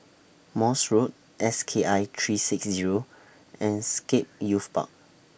Morse Road S K I three six Zero and Scape Youth Park